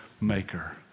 maker